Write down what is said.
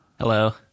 Hello